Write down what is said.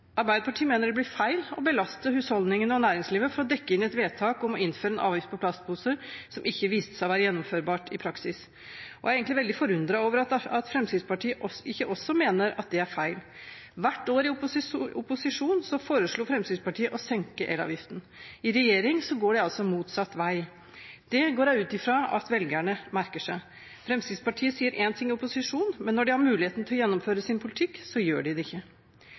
Arbeiderpartiet mener det blir feil å belaste husholdningene og næringslivet for å dekke inn et vedtak om å innføre en avgift på plastposer som ikke viste seg å være gjennomførbart i praksis. Jeg er egentlig veldig forundret over at ikke Fremskrittspartiet også mener at det er feil. Hvert år i opposisjon foreslo Fremskrittspartiet å senke elavgiften. I regjering går de motsatt vei. Det går jeg ut ifra at velgerne merker seg. Fremskrittspartiet sier én ting i opposisjon, men når de har muligheten til å gjennomføre sin politikk, så gjør de det ikke.